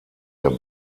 der